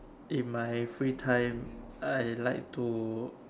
in my free time I like to